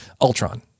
Ultron